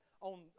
on